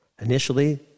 initially